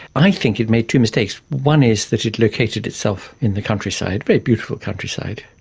i think it made two mistakes. one is that it located itself in the countryside, very beautiful countryside,